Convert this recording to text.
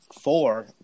four